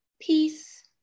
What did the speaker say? peace